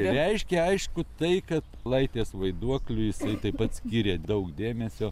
reiškia aišku tai kad laitės vaiduokliui jisai taip pat skyrė daug dėmesio